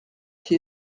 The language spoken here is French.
qui